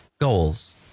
goals